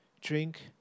drink